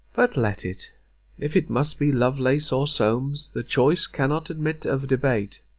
but let it if it must be lovelace or solmes, the choice cannot admit of debate.